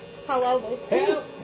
Hello